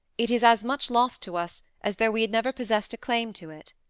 it is as much lost to us as though we had never possessed a claim to it.